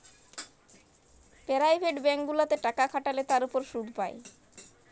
private bank গুলাতে টাকা খাটাল্যে তার উপর শুধ পাই